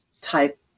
type